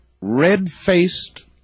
red-faced